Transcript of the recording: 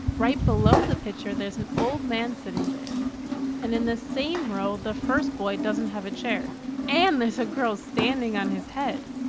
right below the picture there's an old man sitting there and in the same row the first boy doesn't have a chair and there's a girl standing on his head.